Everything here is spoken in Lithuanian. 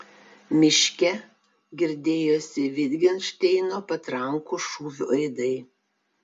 miške girdėjosi vitgenšteino patrankų šūvių aidai